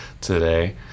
today